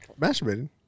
masturbating